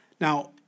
Now